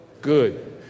good